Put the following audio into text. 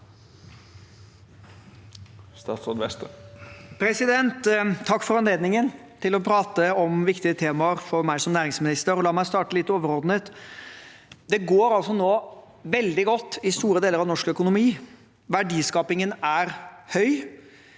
Takk for anledningen til å prate om temaer som er viktige for meg som næringsminister. La meg starte litt overordnet. Det går nå veldig godt i store deler av norsk økonomi. Verdiskapingen er høy.